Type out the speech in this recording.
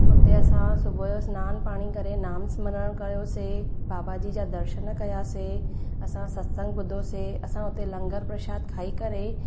उते असां सुबुह जो सनानु पाणी करे नाम सिमरन कयोसीं बाबाजी जा दर्शन कयासीं असां सत्संग ॿुधियोसीं असां हुते लंगरु प्रशाद खाई करे